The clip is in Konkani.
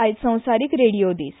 आयज संवसारीक रेडियो दीस